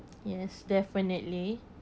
yes definitely